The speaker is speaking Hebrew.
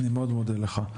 אני מאוד מודה לך.